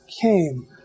came